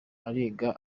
ariga